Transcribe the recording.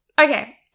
Okay